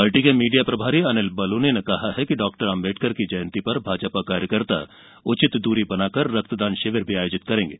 party के media प्रभारी अनिल बलूनी ने कहा कि डॉक्टर आम्बेंडकर की जयंती पर भाजपा कार्यकर्ता उचित दूरी बनाकर रक्त दान शिविर भी आयोजित करेंगे